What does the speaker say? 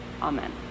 Amen